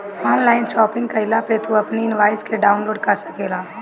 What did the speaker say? online shopping कईला पअ तू अपनी इनवॉइस के डाउनलोड कअ सकेला